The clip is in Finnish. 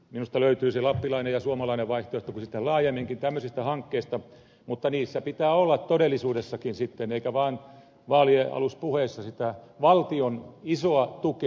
näistä minusta löytyisi lappilainen ja suomalainen vaihtoehto sitten laajemminkin tämmöisistä hankkeista mutta niissä pitää olla todellisuudessakin sitten eikä vaan vaalien aluspuheissa sitä valtion isoa tukea